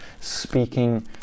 speaking